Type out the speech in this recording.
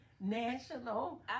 National